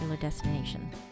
destination